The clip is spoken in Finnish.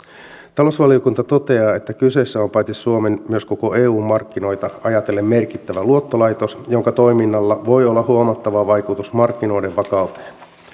talousvaliokunta toteaa että kyseessä on paitsi suomen myös koko eun markkinoita ajatellen merkittävä luottolaitos jonka toiminnalla voi olla huomattava vaikutus markkinoiden vakauteen